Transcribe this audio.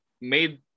made